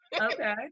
okay